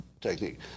technique